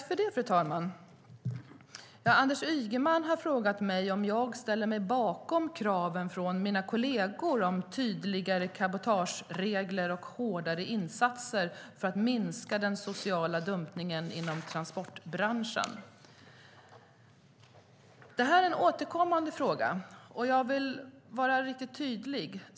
Fru talman! Anders Ygeman har frågat mig om jag ställer mig bakom kraven från mina kolleger om tydligare cabotageregler och hårdare insatser för att minska den sociala dumpningen inom transportbranschen. Det här är en återkommande fråga och jag vill vara riktigt tydlig.